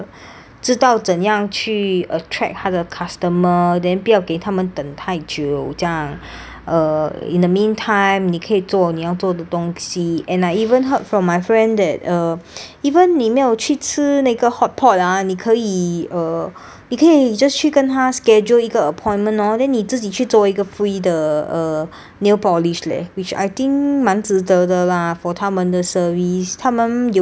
知道怎样去 attract 他的 customer then 不要给他们等太久这样 err in the meantime 你可以做你要做的东西 and I even heard from my friend that uh even 你没有去吃那个 hotpot ah 你可以 err 你可以 just 去跟他 schedule 一个 appointment lor then 你自己去做一个 free 的 uh nail polish leh which I think 蛮值得的 lah for 他们的 service 他们有